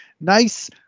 nice